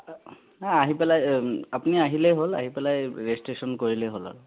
আহি পেলাই আপুনি আহিলেই হ'ল আহি পেলাই ৰেজিষ্ট্ৰেচন কৰিলেই হ'ল আৰু